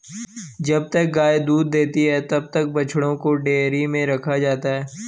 जब तक गाय दूध देती है तब तक बछड़ों को डेयरी में रखा जाता है